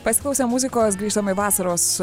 pasiklausę muzikos grįžtam į vasaros